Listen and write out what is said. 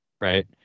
right